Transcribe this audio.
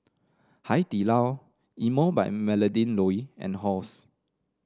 Hai Di Lao Emel by Melinda Looi and Halls